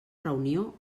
reunió